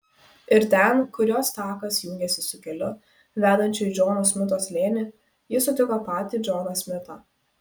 ir ten kur jos takas jungėsi su keliu vedančiu į džono smito slėnį ji sutiko patį džoną smitą